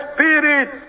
Spirit